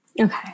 Okay